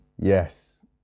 Yes